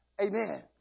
Amen